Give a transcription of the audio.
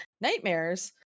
nightmares